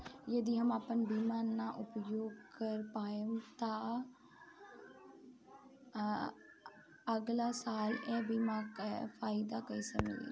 यदि हम आपन बीमा ना उपयोग कर पाएम त अगलासाल ए बीमा के फाइदा कइसे मिली?